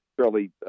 fairly